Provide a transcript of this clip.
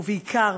ובעיקר,